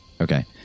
Okay